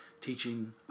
teaching